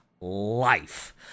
life